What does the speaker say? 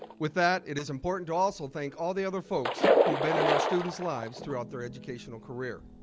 with that, it is important to also thank all the other folks who've been in our students' lives throughout their educational career.